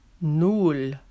Nul